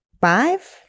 five